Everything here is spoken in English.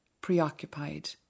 preoccupied